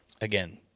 Again